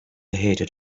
hated